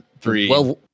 three